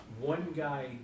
one-guy